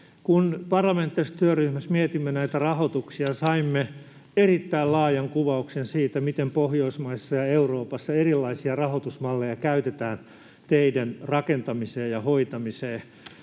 Kun parlamentaarisessa työryhmässä mietimme näitä rahoituksia, saimme erittäin laajan kuvauksen siitä, miten Pohjoismaissa ja Euroopassa erilaisia rahoitusmalleja käytetään teiden rakentamiseen ja hoitamiseen.